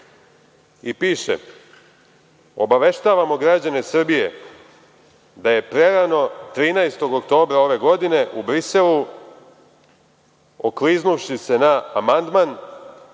i piše: „Obaveštavamo građane Srbije da je prerano 13. oktobra ove godine u Briselu, okliznuvši se na amandman